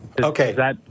Okay